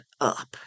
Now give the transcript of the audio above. up